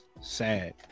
sad